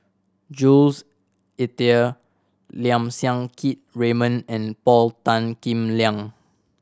Jules Itier Lim Siang Keat Raymond and Paul Tan Kim Liang